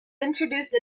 introduced